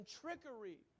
trickery